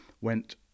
went